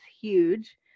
huge